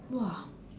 !wah!